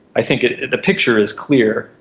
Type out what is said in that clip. i think the picture is clear.